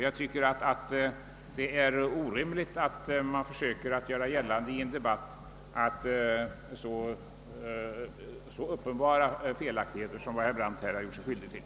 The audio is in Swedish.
Jag tycker det är orimligt att man i en debatt försöker göra gällande så uppenbara felaktigheter som herr Brandt här gjort sig skyldig till.